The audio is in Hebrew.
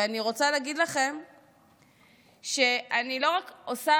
ואני רוצה להגיד לכם שאני לא רק עושה